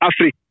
Africa